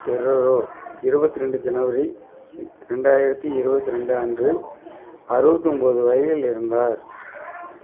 பெரோரோ இருபத்ரெண்டு ஜனவரி ரெண்டாயிரத்து இருபத்தி ரெண்டு அன்று அறுவத்தொம்பது வயதில் இறந்தார்